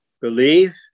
Believe